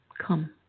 Come